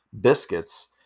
biscuits